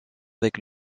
avec